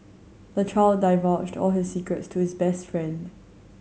the child divulged all his secrets to his best friend